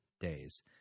days